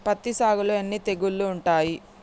పత్తి సాగులో ఎన్ని తెగుళ్లు ఉంటాయి?